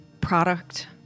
product